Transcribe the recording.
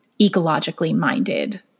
ecologically-minded